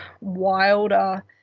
wilder